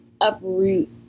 uproot